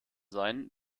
sein